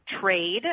trade